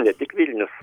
ne tik vilnius